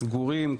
סגורים,